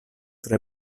tre